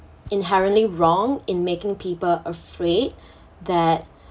inherently wrong in making people afraid that